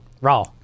raw